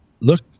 look